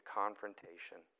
confrontation